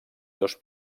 dos